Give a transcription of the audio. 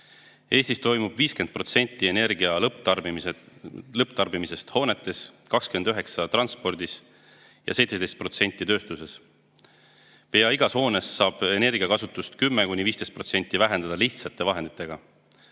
Eestis toimub 50% energia lõpptarbimisest hoonetes, 29% transpordis ja 17% tööstuses. Pea igas hoones saab energiakasutust lihtsate vahenditega